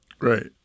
Right